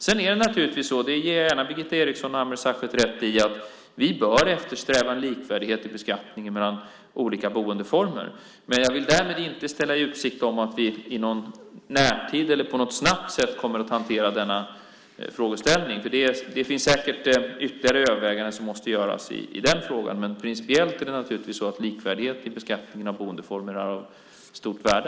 Sedan ger jag gärna Birgitta Eriksson och Ameer Sachet rätt i att vi bör eftersträva en likvärdighet i beskattningen mellan olika boendeformer. Men jag vill därmed inte ställa i utsikt att vi på något snabbt sätt kommer att hantera denna frågeställning. Det finns säkert ytterligare överväganden som måste göras i den frågan, men principiellt är det naturligtvis så att likvärdighet i beskattningen av boendeformerna är av stort värde.